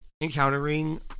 encountering